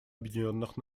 объединенных